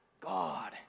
God